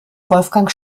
wolfgang